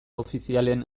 ofizialen